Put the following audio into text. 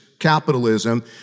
Capitalism